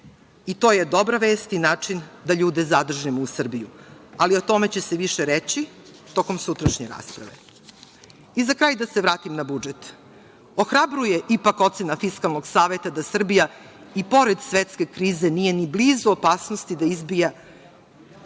To je dobra već i način da ljude zadržimo u Srbiji, ali o tome će se više reći tokom sutrašnje rasprave.Za kraj da se vratim na budžet. Ohrabruje ipak ocena Fiskalnog saveta da Srbija i pored svetske krize nije ni blizu opasnosti od izbijanja